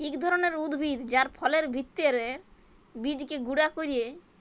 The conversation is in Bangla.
ইক ধরলের উদ্ভিদ যার ফলের ভিত্রের বীজকে গুঁড়া ক্যরে